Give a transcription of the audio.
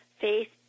faith